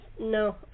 no